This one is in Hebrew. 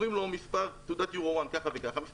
אומרים לו: מספר תעודת EURO-1 כך וכך,